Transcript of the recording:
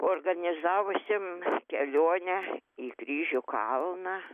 organizavusiem kelionę į kryžių kalną